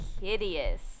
hideous